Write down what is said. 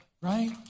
right